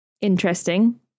interesting